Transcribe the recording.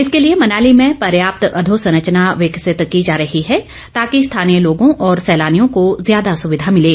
इसके लिए मनाली में पर्याप्त अधोसंरचना विकसित की जा रही है ताकि स्थानीय लोगों और सैलानियों को ज्यादा सुविधा मिले